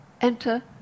Enter